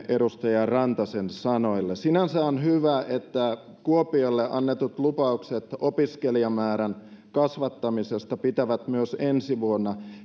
edustaja rantasen sanoihin sinänsä on hyvä että kuopiolle annetut lupaukset opiskelijamäärän kasvattamisesta pitävät myös ensi vuonna